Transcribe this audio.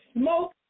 smoke